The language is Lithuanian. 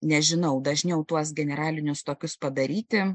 nežinau dažniau tuos generalinius tokius padaryti